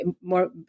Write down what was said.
more